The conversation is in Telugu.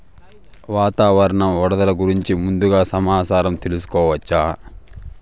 వాతావరణం వరదలు గురించి ముందుగా సమాచారం తెలుసుకోవచ్చా?